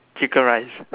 chicken rice